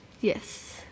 Yes